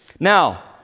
Now